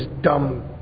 dumb